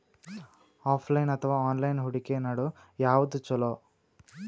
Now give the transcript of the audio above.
Offline ಅಥವಾ online ಹೂಡಿಕೆ ನಡು ಯವಾದ ಛೊಲೊ?